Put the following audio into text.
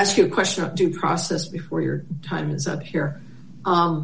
ask you a question of due process before your time is up here